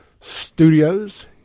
studios